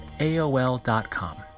aol.com